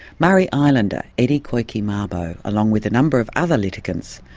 murray islander eddie koiku mabo, along with a number of other litigants,